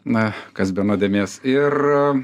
na kas be nuodėmės ir